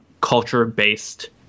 culture-based